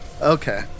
Okay